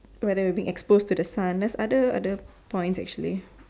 whether you being exposed to the sun there is other other points actually